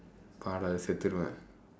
பாடாதே சத்துடுவேன்:paadaathee saththuduveen